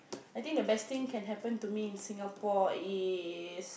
I think the best thing can happen to me in Singapore